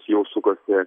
jau sukasi